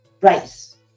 rice